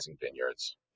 vineyards